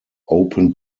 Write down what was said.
open